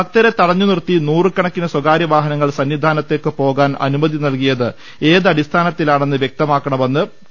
ഭക്തരെ തടഞ്ഞുനിർത്തി നൂറുകണക്കിന് സ്വകാര്യവാഹനങ്ങൾ സന്നി ധാനത്തേക്കുപോകാൻ അനുമതി നൽകിയത് ഏതടിസ്ഥാനത്തിലാണെന്ന് വ്യക്തമാക്കണമെന്ന് ടി